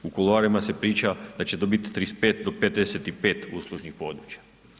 U kuloarima se priča da će to biti 35 do 55 uslužnih područja.